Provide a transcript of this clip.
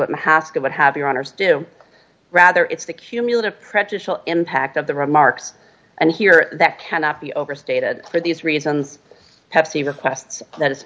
would have your honour's do rather it's the cumulative prejudicial impact of the remarks and here that cannot be overstated for these reasons pepsi requests that it